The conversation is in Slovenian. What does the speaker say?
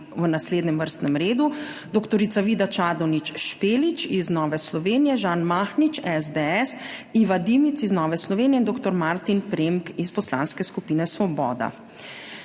v naslednjem vrstnem redu dr. Vida Čadonič Špelič iz Nove Slovenije, Žan Mahnič SDS, Iva Dimic iz Nove Slovenije, dr. Martin Premk iz Poslanske skupine Svoboda.